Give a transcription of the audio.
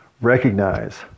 recognize